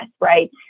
right